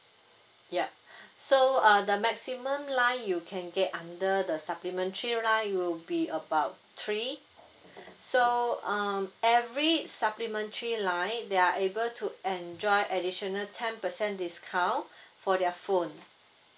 yup so uh the maximum line you can get under the supplementary line will be about three so um every supplementary line they are able to enjoy additional ten percent discount for their phone